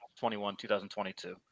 2021-2022